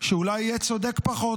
שאולי יהיה צודק פחות,